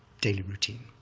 daily routine,